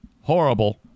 horrible